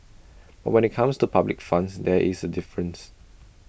but when IT comes to public funds there is A difference